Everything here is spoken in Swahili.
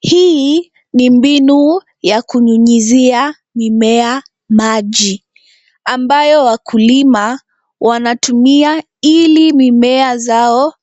Hii ni mbinu ya kunyunyizia mimea maji ambayo wakulima wanatumia ili mimea zao